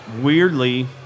weirdly